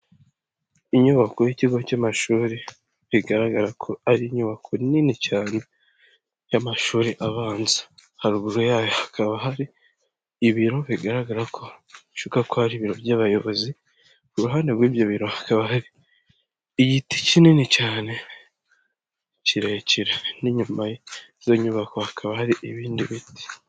Inyubako y'ikigo cy'amashuri, bigaragara ko ari inyubako nini cyane y'amashuri abanza. Haruguru yayo hakaba hari ibiro bigaragara ko bishoboka ko ari ibiro by'abayobozi, ku ruhande rw'ibyo biro hakaba hari igiti kinini cyane, kirekire n'inyuma yizo nyubako hakaba hari ibindi biti.